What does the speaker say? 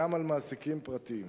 גם על מעסיקים פרטיים.